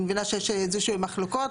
אני מבינה שיש איזה שהן מחלוקות.